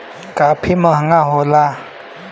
काफी महंगा भी होला